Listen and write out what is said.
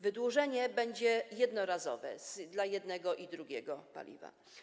Wydłużenie będzie jednorazowe dla jednego i drugiego paliwa.